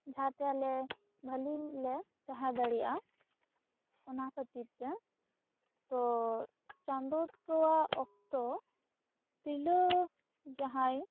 ᱡᱟᱦᱟᱸ ᱛᱮ ᱟᱞᱮ ᱵᱷᱟ ᱞᱤ ᱞᱮ ᱛᱟᱦᱮᱸ ᱫᱟᱲᱮᱭᱟᱜᱼᱟ ᱚᱱᱟ ᱠᱷᱟᱹᱛᱤᱨ ᱛᱮ ᱛᱚ ᱪᱟᱸᱫᱚ ᱛᱳᱣᱟ ᱚᱠᱛᱚ ᱛᱤᱨᱞᱟᱹ ᱡᱟᱦᱟᱸᱭ